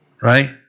right